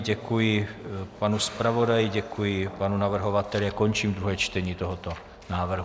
Děkuji panu zpravodaji, děkuji panu navrhovateli, a končím druhé čtení tohoto návrhu.